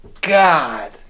god